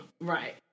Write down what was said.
Right